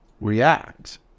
react